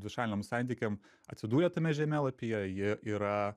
dvišaliam santykiam atsidūrė tame žemėlapyje ji yra